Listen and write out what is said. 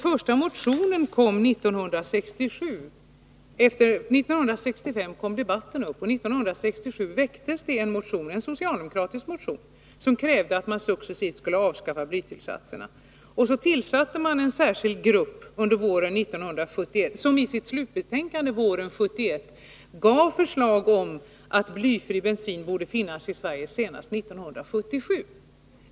År 1965 kom debatten i gång, och 1967 väcktes det en socialdemokratisk motion där man krävde att blytillsatserna successivt skulle avskaffas. Så tillsattes en särskild grupp, som i sitt slutbetänkande våren 1971 föreslog att blyfri bensin borde finnas i Sverige senast 1977.